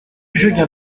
jegun